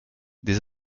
des